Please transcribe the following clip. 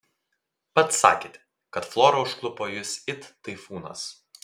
pats sakėte kad flora užklupo jus it taifūnas